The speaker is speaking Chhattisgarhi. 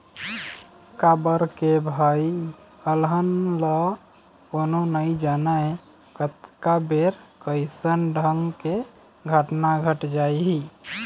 काबर के भई अलहन ल कोनो नइ जानय कतका बेर कइसन ढंग के घटना घट जाही